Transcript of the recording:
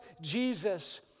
Jesus